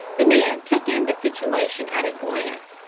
the man took in the situation at a glance,